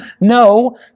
no